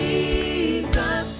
Jesus